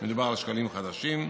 מדובר על שקלים חדשים,